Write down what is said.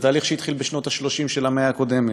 תהליך שהתחיל בשנות ה-30 של המאה הקודמת,